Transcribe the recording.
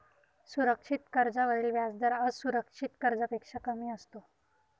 सुरक्षित कर्जावरील व्याजदर असुरक्षित कर्जापेक्षा कमी असतो